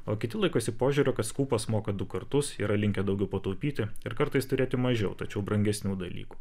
o kiti laikosi požiūrio kad skūpas moka du kartus yra linkę daugiau pataupyti ir kartais turėti mažiau tačiau brangesnių dalykų